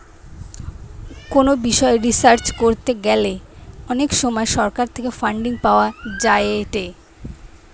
কোনো বিষয় রিসার্চ করতে গ্যালে অনেক সময় সরকার থেকে ফান্ডিং পাওয়া যায়েটে